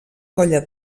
colla